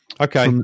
Okay